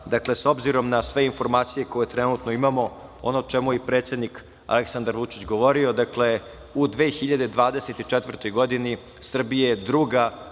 dakle, s obzirom na sve informacije koje trenutno imamo, ono o čemu je i predsednik Aleksandar Vučić govorio, dakle u 2024.godini Srbija je druga